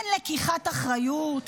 אין לקיחת אחריות.